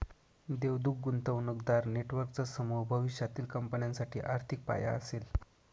देवदूत गुंतवणूकदार नेटवर्कचा समूह भविष्यातील कंपन्यांसाठी आर्थिक पाया असेल